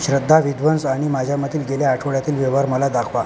श्रद्धा विद्वंस आणि माझ्यामधील गेल्या आठवड्यातील व्यवहार मला दाखवा